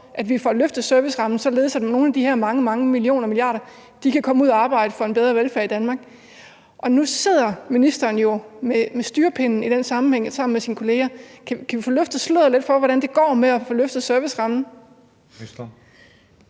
at vi får løftet servicerammen, således at nogle af de her mange, mange millioner og milliarder kan komme ud at arbejde for en bedre velfærd i Danmark. Nu sidder ministeren jo med styrepinden i den sammenhæng sammen med sine kolleger. Kan vi få løftet sløret lidt for, hvordan det går med at få løftet servicerammen?